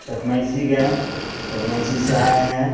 चकमैसी गए चकमैसी से आए हैं